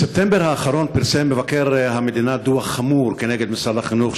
בספטמבר האחרון פרסם מבקר המדינה דוח חמור נגד משרד החינוך,